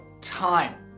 time